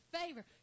favor